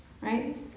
right